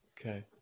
Okay